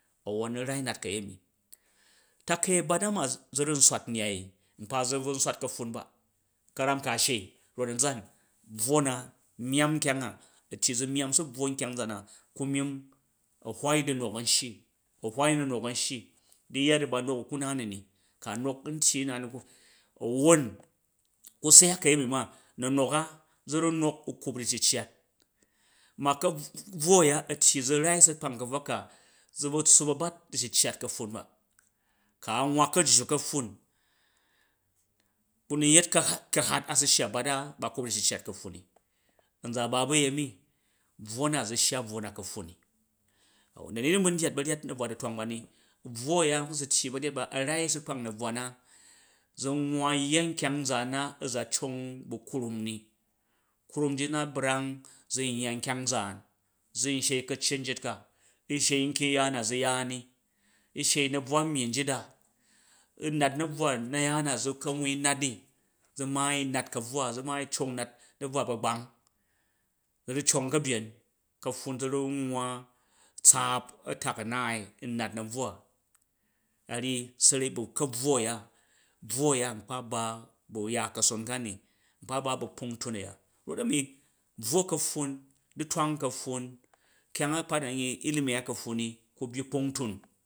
A̱won u rai nat ka̱yemi, takai a̱bat a ma zu ru nswat nnyai nkpa zu bvun swat ka̱pffun ba ka̱ram ka a̱ shei raf a̱nzan bvwo na myamm nkyang a, a̱ tyyi ze myamm u̱ su bvwo nkyang nzan na ku myimm a̱ hywai du̱nok a̱n shyi a̱hwal na̱nok a̱n shyi, di yya ji ba nnoki kuna ni ni, ka̱ nok n tyyi nna ni ko wwon ku syak ka̱yemi ma na̱nok a za ru nok u̱ kup di ca̱ceat ma ka̱bvwo a̱ya a̱ tyyi zu̱ rai su kpang ka̱buwa ka zu bvu tsuup a̱bat di cicat ba ku a̱ nwwa kajju ka̱pffun ku na̱yet ka̱hat a̱su shya bata ba kup di uccat ni a̱nza a̱ ba bu̱ u̱yemi, hvwo na zu shya bvwo na ka̱pffun ni, a̱won da̱ni di n bu ndyat ba̱uyyat na̱buwa du̱twang ba ni bvwo a̱ya a̱ tyyi ba̱nyet a̱ rai a̱ su kpang zu̱ nwwa yya nkyang nzaan na a̱za cong bu̱ krum ni, krum nji na brang zu̱ nyya nkyang nzaan zu n shai ka̱cet njit ka, n dhai nkyong ya na zu̱ ya ni u̱ shai na̱buwa nyyi nyita a nat pa̱trwa na̱ zu kan wai nat, zu maai u̱ nat ka̱bvwa, za maai u̱ cong ka̱bye ka̱pffun zu ru nwwa tsaap a̱tak a̱naai u̱ nat na̱bvwa, a ryyi saui ba̱ ka̱bvwo a̱ya, brao a̱ye nkpa ba bu̱ ya ka̱sok ka̱ni, nkpa ba bu̱, kpung tun a̱ya, rot a̱ni bvwo ka̱pffun, du̱twang ka̱pffun kyang a a̱kpa̱tan yee ilimi a̱ya ka̱pffun ni ku byi kpung tun